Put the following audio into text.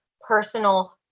personal